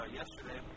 yesterday